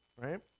right